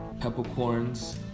peppercorns